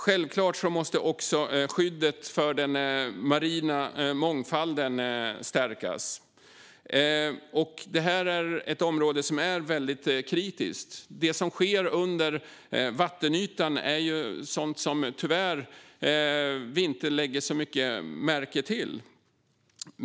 Självklart måste också skyddet för den marina mångfalden stärkas. Det är ett område som är väldigt kritiskt. Det som sker under vattenytan är ju sådant som vi tyvärr inte lägger så mycket märke till.